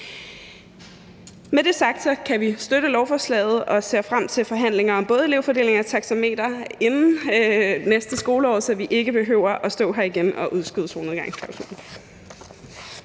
Med det sagt kan vi støtte lovforslaget og ser frem til forhandlinger om både elevfordeling og taxameter inden næste skoleår, så vi ikke behøver at stå her igen og udskyde solnedgangsklausulen.